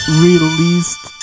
released